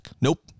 Nope